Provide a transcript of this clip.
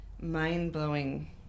mind-blowing